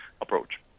approach